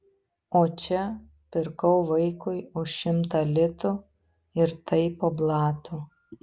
o čia pirkau vaikui už šimtą litų ir tai po blatu